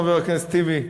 חבר הכנסת טיבי?